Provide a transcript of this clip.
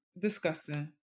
Disgusting